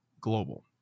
Global